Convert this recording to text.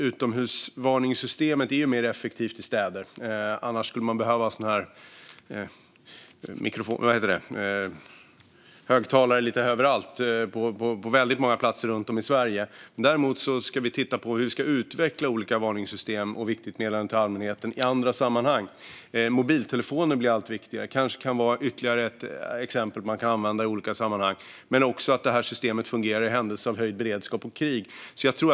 Utomhusvarningssystemet är mer effektivt i städer, annars skulle man behöva högtalare lite överallt och på väldigt många platser runt om i Sverige. Däremot ska vi se på hur vi kan utveckla olika varningssystem och Viktigt meddelande till allmänheten i andra sammanhang. Mobiltelefoner blir allt viktigare. Kanske kan det vara ett medel man kan använda i olika sammanhang. Systemet måste även fungera i händelse av höjd beredskap och krig.